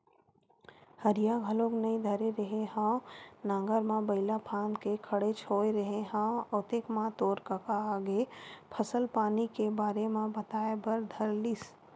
हरिया घलोक नइ धरे रेहे हँव नांगर म बइला फांद के खड़ेच होय रेहे हँव ओतके म तोर कका आगे फसल पानी के बारे म बताए बर धर लिस